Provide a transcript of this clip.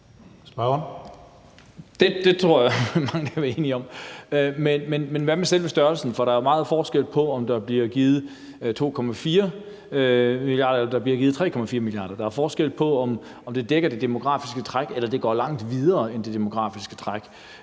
Det tror jeg mange kan være enige om. Men hvad med selve størrelsen? For der er jo meget forskel på, om der bliver givet 2,4 mia. kr. eller der bliver givet 3,4 mia. kr. Der er forskel på, om det dækker det demografiske træk eller det går langt videre end det demografiske træk.